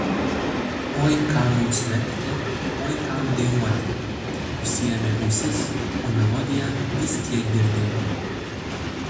oi kam mums verkti oi kam dejuoti užsiėmė ausis o melodiją vis tiek girdėjo